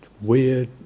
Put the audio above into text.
weird